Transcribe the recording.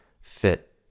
fit